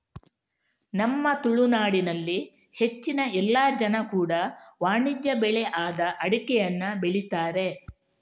ನಮ್ಮ ತುಳುನಾಡಿನಲ್ಲಿ ಹೆಚ್ಚಿನ ಎಲ್ಲ ಜನ ಕೂಡಾ ವಾಣಿಜ್ಯ ಬೆಳೆ ಆದ ಅಡಿಕೆಯನ್ನ ಬೆಳೀತಾರೆ